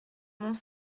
mont